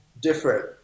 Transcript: different